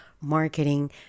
marketing